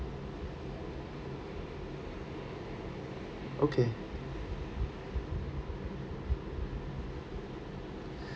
okay